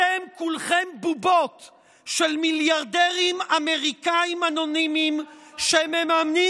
אתם כולכם בובות של מיליארדים אמריקאים אנונימיים שממנים